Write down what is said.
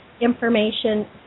information